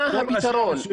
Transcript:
מה הפתרון?